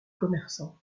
commerçant